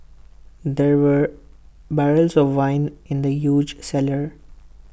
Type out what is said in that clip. there were barrels of wine in the huge cellar